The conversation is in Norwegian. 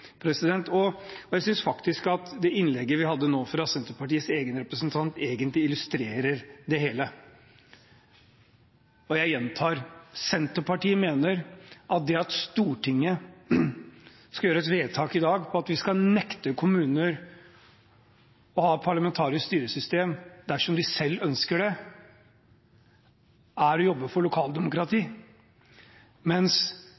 Jeg synes at det innlegget vi nå hørte fra Senterpartiets egen representant, egentlig illustrerer det hele. Jeg gjentar: Senterpartiet mener at et forslag i Stortinget i dag om at vi skal nekte kommuner å ha et parlamentarisk styresett dersom de selv ønsker det, er å jobbe for lokaldemokrati, mens